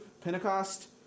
Pentecost